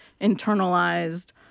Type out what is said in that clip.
internalized